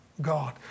God